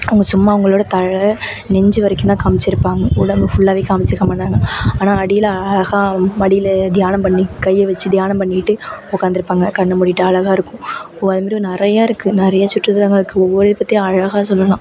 அவங்க சும்மா அவங்களோட தலை நெஞ்சு வரைக்கும்தான் காமிச்சிருப்பாங்க உடம்பு ஃபுல்லாவே காமிச்சிருக்க மாட்டாங்க ஆனால் அடியில் அழகாக மடியில் தியானம் பண்ணி கையை வச்சி தியானம் பண்ணிகிட்டு உட்காந்துருப்பாங்க கண்ணை மூடிட்டு அழகாக இருக்கும் அதுமாரி நிறையா இருக்குது நிறையா சுற்றுலாத்தலங்கள் இருக்குது ஒவ்வொன்ன பற்றி அழகாக சொல்லலாம்